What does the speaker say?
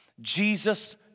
Jesus